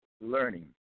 learning